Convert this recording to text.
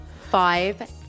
five